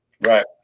Right